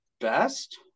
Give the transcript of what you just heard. best